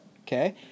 okay